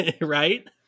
Right